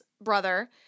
brother